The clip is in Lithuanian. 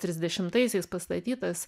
trisdešimtaisiais pastatytas